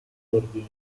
ordini